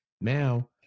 Now